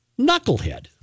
Knucklehead